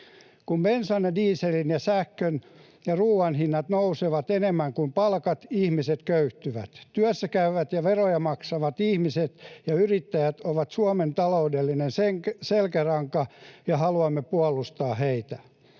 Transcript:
Kun bensan ja dieselin ja sähkön ja ruuan hinnat nousevat enemmän kuin palkat, ihmiset köyhtyvät. Työssäkäyvät ja veroja maksavat ihmiset ja yrittäjät ovat Suomen taloudellinen selkäranka, ja haluamme puolustaa heitä.